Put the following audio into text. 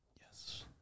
Yes